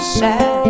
sad